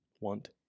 want